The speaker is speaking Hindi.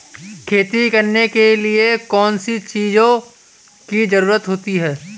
खेती करने के लिए कौनसी चीज़ों की ज़रूरत होती हैं?